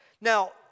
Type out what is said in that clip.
Now